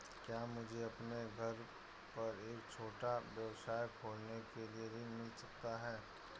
क्या मुझे अपने घर पर एक छोटा व्यवसाय खोलने के लिए ऋण मिल सकता है?